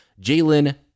Jalen